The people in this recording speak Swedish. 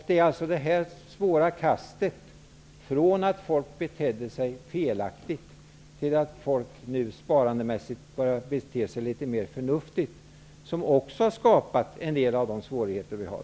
Det är det svåra kastet från att folk betedde sig felaktigt till att folk nu sparandemässigt beter sig litet mer förnuftigt, som också har skapat en del av de svårigheter som vi har.